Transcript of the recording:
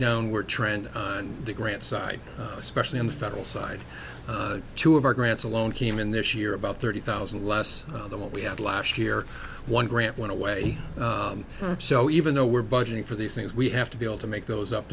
downward trend on the grant side especially on the federal side two of our grants alone came in this year about thirty thousand less than what we had last year one grant went away so even though we're budgeting for these things we have to be able to make those up